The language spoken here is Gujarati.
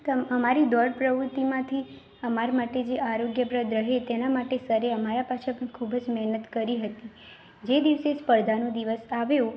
અમારી દોડ પ્રવૃત્તિમાંથી અમારા માટે જે આરોગ્યપ્રદ રહે તેના માટે સરે અમારા પાછળ ખૂબ જ મેહનત કરી હતી જે દિવસે સ્પર્ધાનો દિવસ આવ્યો